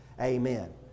Amen